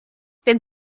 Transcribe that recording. wenn